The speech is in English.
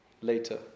later